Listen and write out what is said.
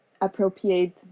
appropriate